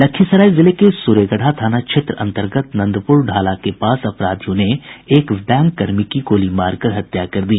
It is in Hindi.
लखीसराय जिले के सूर्यगढ़ा थाना क्षेत्र अंतर्गत नंदपूर ढाला के पास अपराधियों ने एक बैंक कर्मी की गोली मारकर हत्या कर दी